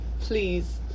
please